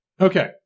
Okay